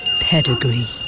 pedigree